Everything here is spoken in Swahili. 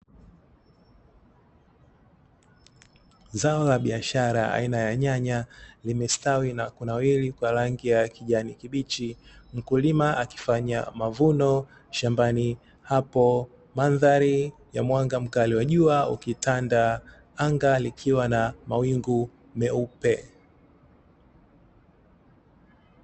Zao la biashara aina ya nyanya limestawi na kunawiri kwa rangi ya kijani kibichi. Mkulima akifanya mavuno shambani hapo, mandhari ya mwanga mkali wa jua ukitanda. Anga likiwa na mawingu meupe.